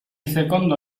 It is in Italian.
secondo